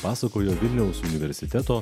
pasakojo vilniaus universiteto